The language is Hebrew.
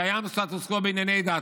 קיים סטטוס קוו בענייני דת,